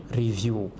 review